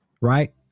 Right